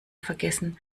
vergessen